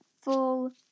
full